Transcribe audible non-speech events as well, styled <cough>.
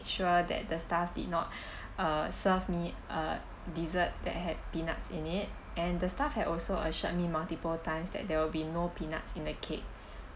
sure that the staff did not <breath> uh serve me a dessert that had peanuts in it and the staff had also assured me multiple times that there will be no peanuts in the cake